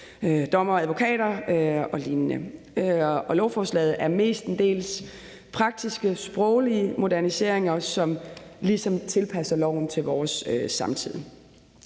dommere, advokater og lignende. Lovforslaget er mestendels praktiske sproglige moderniseringer, der ligesom tilpasser loven til vores samtid.